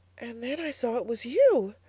and then i saw it was you!